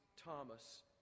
Thomas